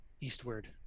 eastward